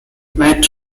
matt